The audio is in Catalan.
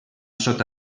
sota